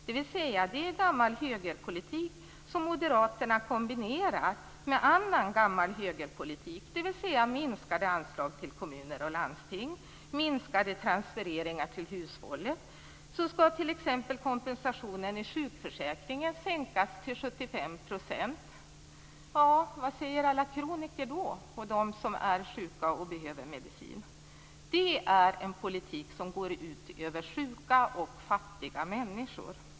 Det är alltså gammal högerpolitik, som moderaterna kombinerar med annan gammal högerpolitik, nämligen minskade anslag till kommuner och landsting och minskade transfereringar till hushållen. Kompensationen i sjukförsäkringen skall t.ex. sänkas till 75 %. Vad säger då alla kroniker och andra som är sjuka och behöver medicin? Det är en politik som går ut över sjuka och fattiga människor.